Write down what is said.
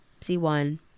C1